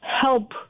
help